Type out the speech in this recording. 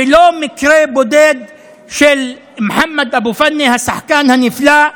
ולא מקרה בודד של מוחמד אבו פאנה, השחקן הנפלא,